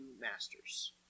masters